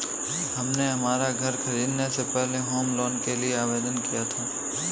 हमने हमारा घर खरीदने से पहले होम लोन के लिए आवेदन किया था